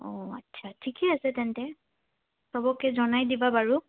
অঁ আচ্ছা ঠিকে আছে তেন্তে চবকে জনাই দিবা বাৰু